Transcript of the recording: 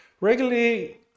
regularly